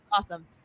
awesome